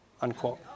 unquote